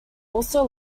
also